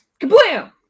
Kablam